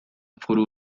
فرو